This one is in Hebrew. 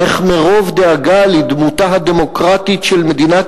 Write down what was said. איך מרוב דאגה לדמותה הדמוקרטית של מדינת